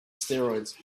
steroids